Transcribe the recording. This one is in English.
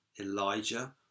Elijah